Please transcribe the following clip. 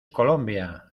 colombia